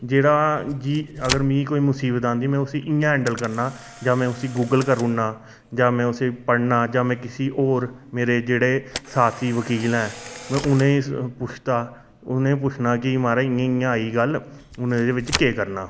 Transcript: जेह्ड़ा बी अगर मिं कोई मुसीबत आंदी में उसी इ'यां हैंडल करना जां में उसी गूगल करी ओड़ना जां में उसी पढ़ना जां में किसी होर मेरे जेह्ड़े साथी न में उ'नेंई पुछदा उ'नेंई पुछना कि माराज इ'यां इ'यां आई दी गल्ल हून में एह्दे बिच केह् करना